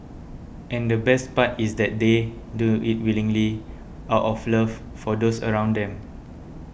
and the best part is that they do it willingly out of love for those around them